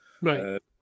right